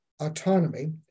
autonomy